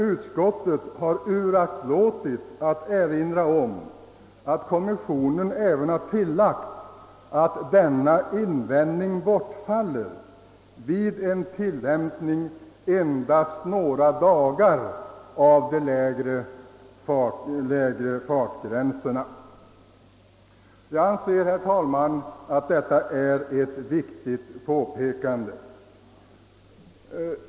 Utskottet har emellertid uraktlåtit att erinra om att kommissionen tillagt, att denna invändning bortfaller om en sådan lägre fartgräns tillämpas endast under några få dagar. Jag anser, herr talman, att detta är ett viktigt påpekande.